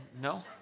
No